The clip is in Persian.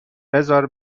بذار